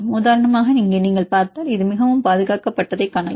உதாரணமாக இங்கே நீங்கள் இதைப் பார்த்தால் இது மிகவும் பாதுகாக்கப்பட்டதைக் காணலாம்